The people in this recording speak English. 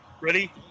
Ready